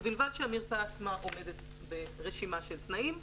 ובלבד שהמרפאה עצמה עומדת ברשימה של תנאים.